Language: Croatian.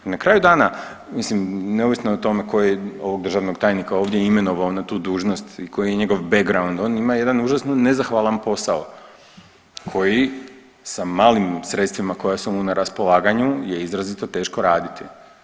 I na kraju dana, mislim neovisno o tome tko je ovog državnog tajnika imenovao na tu dužnost i koji je njegov background, on ima jedan užasno nezahvalan posao koji sa malim sredstvima koja su mu na raspolaganju je izrazito teško raditi.